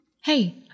Hey